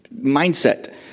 mindset